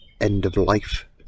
end-of-life